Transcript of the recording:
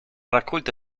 raccolta